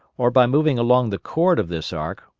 or by moving along the chord of this arc,